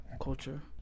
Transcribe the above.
culture